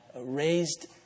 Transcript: raised